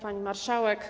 Pani Marszałek!